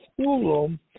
schoolroom